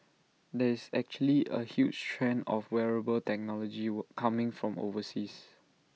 there is actually A huge trend of wearable technology were coming from overseas